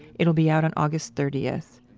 it will be out on august thirtieth.